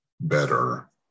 better